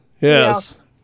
Yes